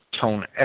tone